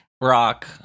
rock